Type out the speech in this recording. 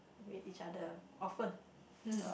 with each other often